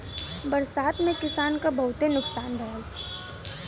बरसात में किसान क बहुते नुकसान भयल